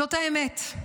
זאת האמת,